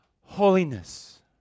holiness